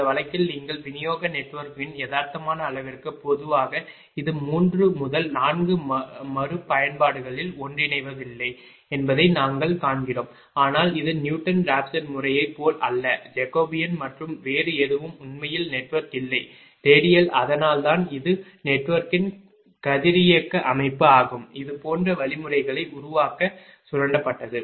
இந்த வழக்கில் நீங்கள் விநியோக நெட்வொர்க்கின் யதார்த்தமான அளவிற்கு பொதுவாக இது 3 முதல் 4 மறுபயன்பாடுகளில் ஒன்றிணைவதில்லை என்பதை நாங்கள் காண்கிறோம் ஆனால் இது நியூட்டன் ராப்சன் முறையைப் போல் அல்ல ஜேக்கபீன் மற்றும் வேறு எதுவும் உண்மையில் நெட்வொர்க் இல்லை ரேடியல் அதனால்தான் இது நெட்வொர்க்கின் கதிரியக்க அமைப்பு ஆகும் இது போன்ற வழிமுறைகளை உருவாக்க சுரண்டப்பட்டது